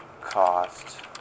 cost